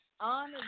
On